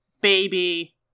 baby